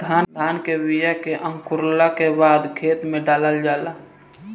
धान के बिया के अंकुरला के बादे खेत में डालल जाला